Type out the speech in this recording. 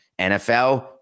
NFL